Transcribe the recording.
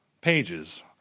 pages